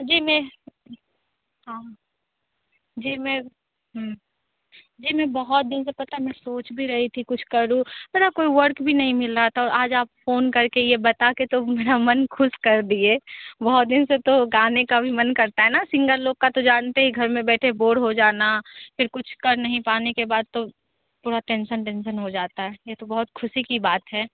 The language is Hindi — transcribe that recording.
जी मैं हाँ जी मैं जी मैं बहुत दिन से पता मैं सोच भी रही थी कुछ करूँ पर यहाँ कोई वर्क भी नहीं मिल रहा था आज आप फ़ोन करके यह बता के तो मेरा मन खुश कर दिए बहुत दिन से तो गाने का भी मन करता है ना सिंगर लोग का तो जानते हैं घर मैं बैठे बोर हो जाना फिर कुछ कर नहीं पाने के बाद तो थोड़ा टेंशन वेंशन हो जाता है यह तो बहुत ख़ुशी की बात है